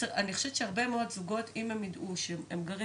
אני חושבת שהרבה מאוד זורות אם הם ידעו שהם גרים